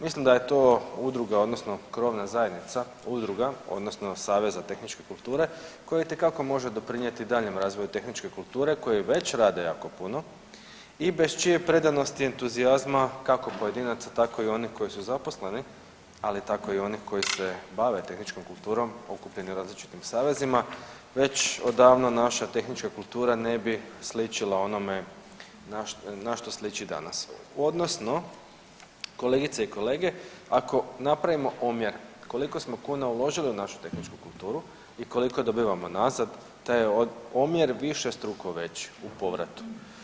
Mislim da je to udruga, odnosno krovna zajednica udruga, odnosno Saveza tehničke kulture koji itekako može doprinijeti daljnjem razvoju tehničke kulture koji već rade jako puno i bez čije predanosti i entuzijazma, kako pojedinaca, tako i onih koji su zaposleni, ali tako i onih koji se bave tehničkom kulturom okupljeni u različitim savezima, već odavno naša tehnička kultura ne bi sličila onome na što sliči danas odnosno, kolegice i kolege, ako napravimo omjer koliko smo kuna uložili u našu tehničku kulturu i koliko dobivamo nazad, taj omjer višestruko veći u povratu.